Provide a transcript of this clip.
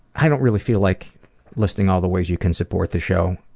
i don't really feel like listing all the ways you can support this show.